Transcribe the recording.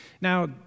Now